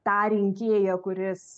tą rinkėją kuris